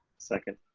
second.